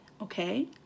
okay